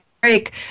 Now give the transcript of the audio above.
break